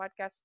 Podcast